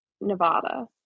Nevada